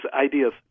ideas